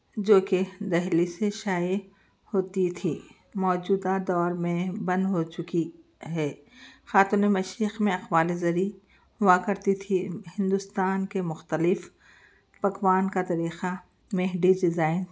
جو کہ دہلی سے شائع ہوتی تھی موجودہ دور میں بند ہو چکی ہے خاتون مشرخ میں اقوال زریں ہوا کرتی تھی ہندوستان کے مختلف پکوان کا طریقہ مہندی ڈیزائن